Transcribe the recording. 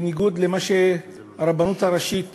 בניגוד למה שהרבנות הראשית